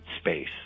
space